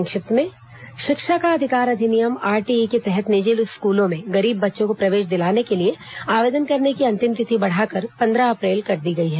संक्षिप्त समाचार शिक्षा का अधिकार अधिनियम आरटीई के तहत निजी स्कूलों में गरीब बच्चों को प्रवेश दिलाने के लिए आवेदन करने की अंतिम तिथि बढ़ाकर पन्द्रह अप्रैल कर दी गई है